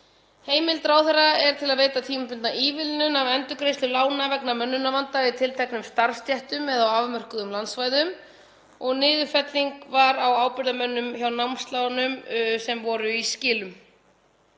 Heimild ráðherra var til að veita tímabundna ívilnun af endurgreiðslu lána vegna mönnunarvanda í tilteknum starfsstéttum eða á afmörkuðum landsvæðum og niðurfelling var á ábyrgðarmönnum á námslánum sem voru í skilum.